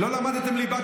לא יודעים, לא למדתם ליבה,